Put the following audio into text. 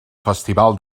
festival